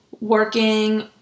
working